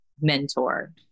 mentor